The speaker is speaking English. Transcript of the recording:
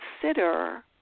consider